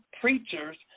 preachers